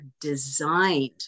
designed